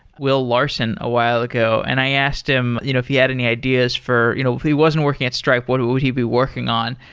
will larson, a while ago, and i asked him you know if he had any ideas for you know if he wasn't working at stripe, what would he be working on?